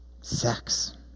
sex